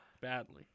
Badly